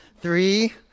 Three